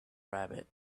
rabbit